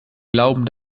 glauben